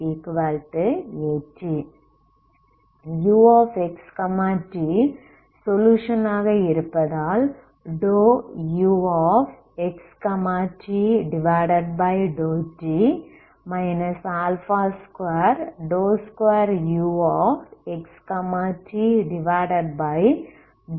uxt solution ஆக இருப்பதால் ∂uXT∂T 22uXTX20